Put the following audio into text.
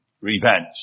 revenge